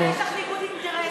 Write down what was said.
מירב, יש לך ניגוד אינטרסים.